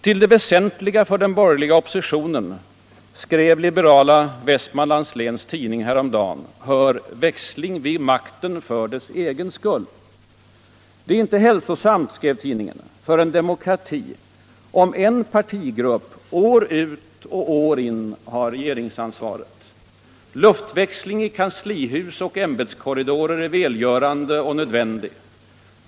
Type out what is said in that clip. Till det väsentliga för den borgerliga oppositionen — skrev liberala Vestmanlands Läns Tidning häromdagen —- hör ”växling vid makten — för dess egen skull. Det är inte hälsosamt”, fortsatte tidningen, ”för en demokrati om en partigrupp år ut och år in har regeringsansvaret. Luftväxling i kanslihus och ämbetskorridorer är välgörande och nödvändig.